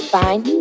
fine